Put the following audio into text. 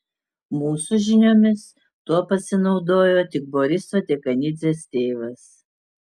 mūsų žiniomis tuo pasinaudojo tik boriso dekanidzės tėvas